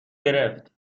گرفت